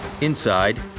Inside